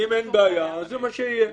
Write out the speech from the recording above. אם אין בעיה, זה מה שיהיה.